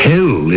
Hell